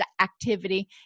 activity